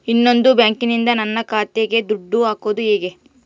ಇನ್ನೊಂದು ಬ್ಯಾಂಕಿನಿಂದ ನನ್ನ ಖಾತೆಗೆ ದುಡ್ಡು ಹಾಕೋದು ಹೇಗೆ?